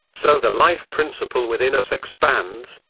so the life-principle within us expands,